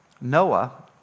Noah